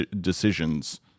decisions